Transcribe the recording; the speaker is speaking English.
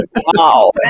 wow